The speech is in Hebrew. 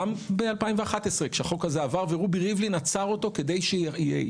גם ב-2011 כשהחוק הזה עבר ורובי ריבלין עצר אותו כדי שימתנו